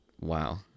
Wow